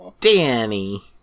Danny